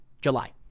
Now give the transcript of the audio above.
July